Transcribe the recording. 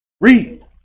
Read